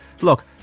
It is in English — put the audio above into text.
look